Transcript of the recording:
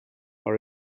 are